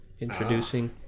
introducing